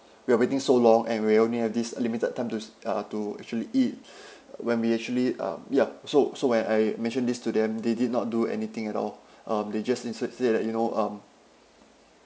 we are waiting so long and we only have this a limited time to uh to actually eat when we actually um ya so so when I mentioned this to them they did not do anything at all um they just instead say like you know um